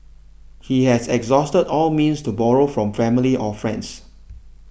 he had exhausted all means to borrow from family or friends